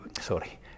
sorry